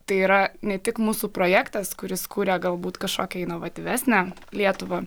tai yra ne tik mūsų projektas kuris kuria galbūt kažkokią inovatyvesnę lietuvą